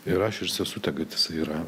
ir aš ir sesute kad jisai yra